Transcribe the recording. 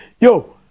Yo